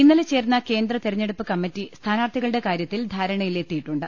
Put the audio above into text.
ഇന്നലെ ചേർന്ന കേന്ദ്ര തെരഞ്ഞെടുപ്പ് കമ്മിറ്റി സ്ഥാനാർത്ഥികളുടെ കാര്യത്തിൽ ധാരണയിലെത്തിയിട്ടുണ്ട്